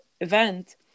event